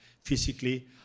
physically